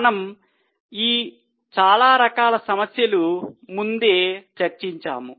మనము ఈ చాలా రకాల సమస్యలు ముందే చర్చించాము